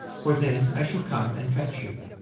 for then i shall come and fetch you.